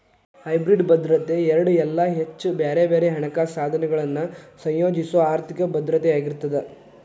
hybrid ಭದ್ರತೆ ಎರಡ ಇಲ್ಲಾ ಹೆಚ್ಚ ಬ್ಯಾರೆ ಬ್ಯಾರೆ ಹಣಕಾಸ ಸಾಧನಗಳನ್ನ ಸಂಯೋಜಿಸೊ ಆರ್ಥಿಕ ಭದ್ರತೆಯಾಗಿರ್ತದ